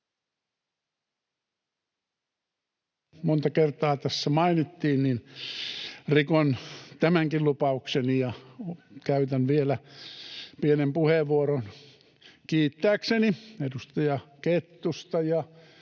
monta kertaa tässä mainittiin, niin rikon tämänkin lupaukseni ja käytän vielä pienen puheenvuoron kiittääkseni edustaja Kettusta